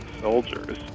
soldiers